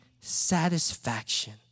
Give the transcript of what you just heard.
satisfaction